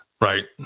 Right